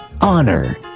honor